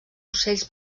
ocells